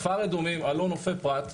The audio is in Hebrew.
כפר אדומים, אלון, נופי פרת,